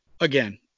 again –